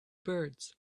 birds